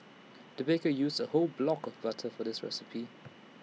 the baker used A whole block of butter for this recipe